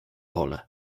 pole